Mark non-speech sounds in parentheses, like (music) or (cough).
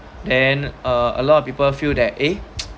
ya and a a lot of people feel that ya (noise)